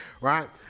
right